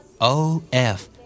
O-F